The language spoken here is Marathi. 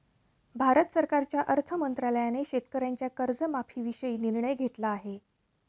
भारत सरकारच्या अर्थ मंत्रालयाने शेतकऱ्यांच्या कर्जमाफीविषयी निर्णय घेतला आहे